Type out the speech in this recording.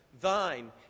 Thine